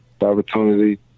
opportunity